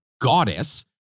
goddess